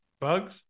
bugs